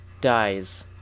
dies